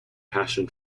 passion